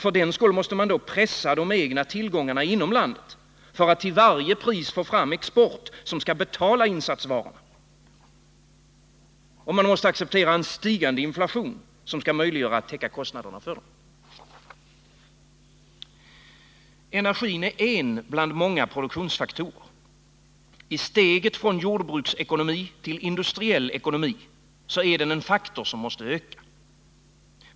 För den skull måste de egna tillgångarna inom landet pressas för att till varje pris få fram export som skall betala insatsvarorna, och man måste acceptera en stigande inflation, som skall möjliggöra täckandet av kostnaderna för dem. Energin är en av många produktionsfaktorer. I steget från jordbruksekonomi till industriell ekonomi är den en faktor som måste öka.